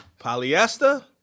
Polyester